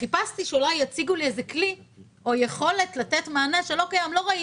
חיפשתי שאולי יציגו לי איזה כלי או יכולת לתת מענה שלא קיים ולא ראיתי.